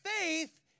faith